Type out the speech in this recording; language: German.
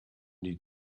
die